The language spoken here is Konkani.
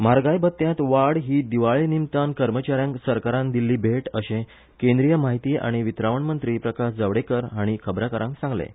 म्हारगाय भत्यांत वाड ही दिवाळे निमतान कर्मचाऱ्यांक सरकारान दिल्ली भेट अशें केंद्रीय माहिती आनी वितरावणी मंत्री प्रकाश जावडेकर हांणी खबराकारांक सांगलें